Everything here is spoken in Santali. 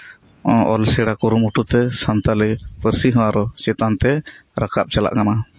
ᱚᱞ ᱥᱮᱬᱟ ᱠᱚ ᱠᱩᱨᱩᱢᱩᱴᱩᱛᱮ ᱥᱟᱱᱛᱟᱲᱤ ᱯᱟᱹᱨᱥᱤ ᱦᱚᱸ ᱪᱮᱛᱟᱱ ᱛᱮ ᱨᱟᱠᱟᱵᱽ ᱪᱟᱞᱟᱜ ᱠᱟᱱᱟ